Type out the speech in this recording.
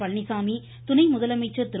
பழனிசாமி கிணை முதலமைச்சர் திரு